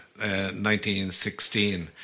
1916